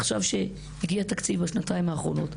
עכשיו כשהגיע תקציב בשנתיים האחרונות,